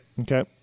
Okay